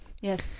yes